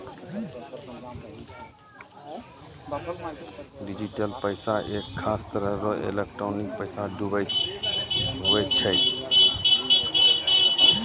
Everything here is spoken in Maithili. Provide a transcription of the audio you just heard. डिजिटल पैसा एक खास तरह रो एलोकटानिक पैसा हुवै छै